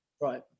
right